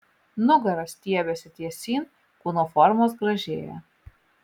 nugara stiebiasi tiesyn kūno formos gražėja